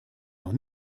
noch